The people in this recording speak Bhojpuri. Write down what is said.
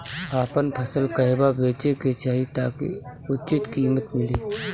आपन फसल कहवा बेंचे के चाहीं ताकि उचित कीमत मिली?